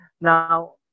Now